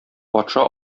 патша